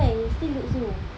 that's new still looks new